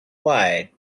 quite